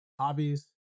Hobbies